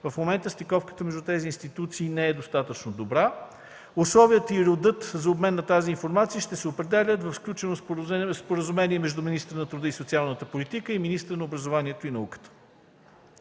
В момента стиковката между тези институции не е достатъчно добра. Условията и редът за обмен на тази информация ще се определят в споразумение между министъра на труда и социалната политика и министъра на образованието и науката.